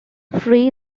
free